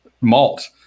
malt